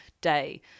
day